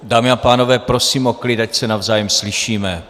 Dámy a pánové, prosím o klid, ať se navzájem slyšíme.